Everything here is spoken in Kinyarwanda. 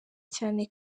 cyane